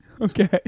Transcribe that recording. Okay